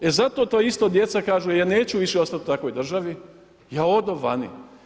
E zato ta ista djeca kažu ja neću više ostati u takvoj državi, ja odo vani.